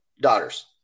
daughters